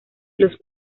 los